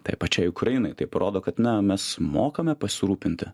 tai pačiai ukrainai tai rodo kad mes mokame pasirūpinti